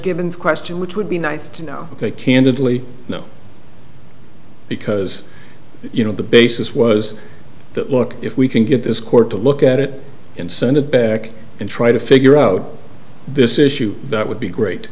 givens question which would be nice to know ok candidly no because you know the basis was that look if we can get this court to look at it and send it back and try to figure out this issue that would be great